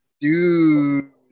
dude